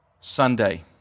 Sunday